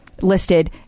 listed